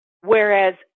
Whereas